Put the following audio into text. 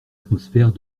atmosphère